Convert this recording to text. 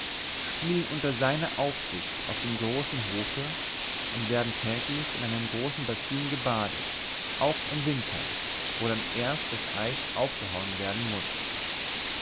spielen unter seiner aufsicht auf dem großen hofe und werden täglich in einem großen bassin gebadet auch im winter wo dann erst das eis aufgehauen werden muß